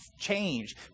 change